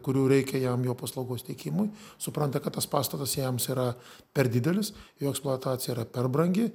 kurių reikia jam jo paslaugos teikimui supranta kad tas pastatas jiems yra per didelis jo eksploatacija yra per brangi